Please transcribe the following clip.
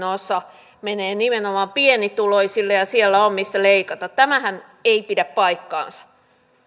osa menee nimenomaan pienituloisille ja siellä on mistä leikata tämähän ei pidä paikkaansa